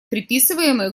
приписываемые